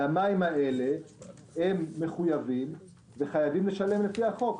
למים האלה הם מחויבים וחייבים לשלם לפי החוק.